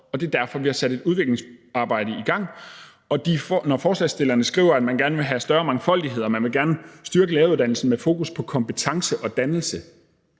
Det er derfor, vi har sat et udviklingsarbejde i gang. Og når forslagsstillerne skriver, at man gerne vil have større mangfoldighed, og at man gerne vil styrke læreruddannelsen med fokus på kompetencer og dannelse,